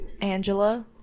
Angela